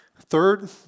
Third